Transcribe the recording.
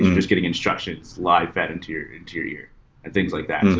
just getting instructions live fed into your into your ear, and things like that.